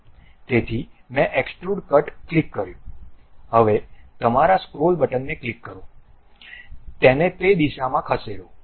તેથી મેં extrude cut click કર્યું હવે તમારા સ્ક્રોલ બટનને ક્લિક કરો તેને તે દિશામાં ખસેડો